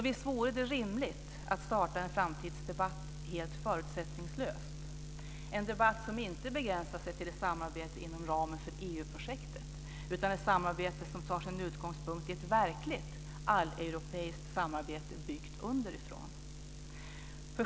Visst vore det rimligt att starta en framtidsdebatt helt förutsättningslöst, en debatt som inte begränsar sig till ett samarbete inom ramen för EU-projektet utan ett samarbete som tar sin utgångspunkt i ett verkligt alleuropeiskt samarbete byggt underifrån.